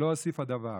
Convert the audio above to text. לא הוסיפה דבר.